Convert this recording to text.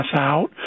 out